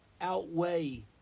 outweigh